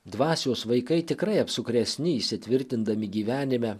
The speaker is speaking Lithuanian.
dvasios vaikai tikrai apsukresni įsitvirtindami gyvenime